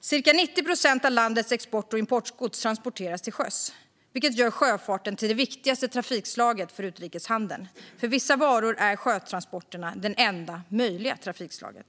Cirka 90 procent av landets export och importgods transporteras till sjöss, vilket gör sjöfarten till det viktigaste trafikslaget för utrikeshandeln. För vissa varor är sjötransporten det enda möjliga trafikslaget.